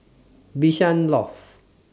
Bishan Loft